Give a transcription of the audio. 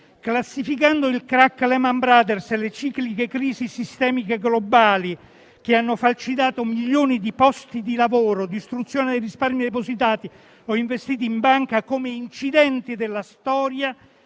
classificando il *crack* Lehman Brothers e le cicliche crisi sistemica globali che hanno falcidiato milioni di posti di lavoro, la distruzione dei risparmi depositati o investiti in banca come incidenti della storia,